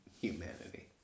Humanity